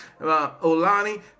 Olani